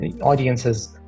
audiences